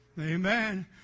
Amen